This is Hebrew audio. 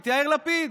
את יאיר לפיד.